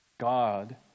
God